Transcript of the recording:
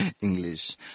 English